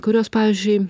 kurios pavyzdžiui